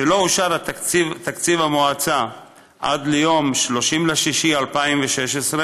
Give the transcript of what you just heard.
משלא אושר תקציב המועצה עד ליום 30 ביוני 2016,